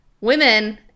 Women